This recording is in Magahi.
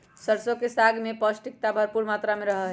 सरसों के साग में पौष्टिकता भरपुर मात्रा में रहा हई